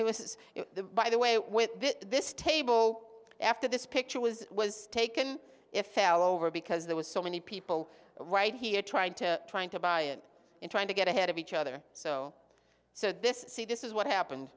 he was the by the way with this table after this picture was was taken if l over because there was so many people right here trying to trying to buy it in trying to get ahead of each other so so this is see this is what happened